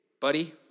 buddy